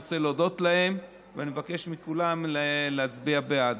אני רוצה להודות להם, ואני מבקש מכולם להצביע בעד.